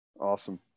Awesome